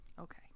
Okay